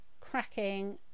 cracking